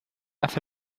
haz